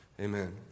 Amen